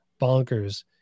bonkers